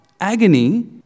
agony